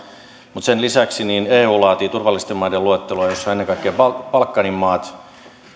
mutta sen lisäksi eu laatii turvallisten maiden luettelon jossa on ennen kaikkea balkanin maat